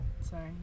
Sorry